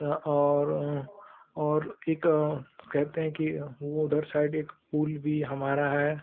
यहाँ और और एक कहते हैं कि वह उधर साइड एक पुल भी हमारा है